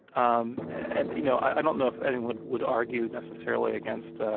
um and, you know, i don't know if anyone would argue necessarily against ah